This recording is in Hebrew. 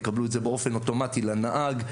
יקבלו את זה באופן אוטומטי לנהג.